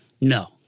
No